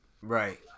Right